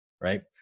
right